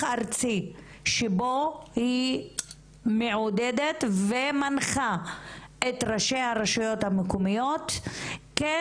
ארצי שבו היא מעודדת ומנחה את ראשי הרשויות המקומיות כן